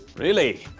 really!